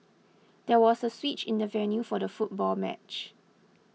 there was a switch in the venue for the football match